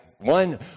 One